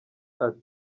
ati